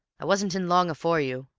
i wasn't in long afore you.